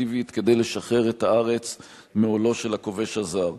אקטיבית כדי לשחרר את הארץ מעולו של הכובש הזר.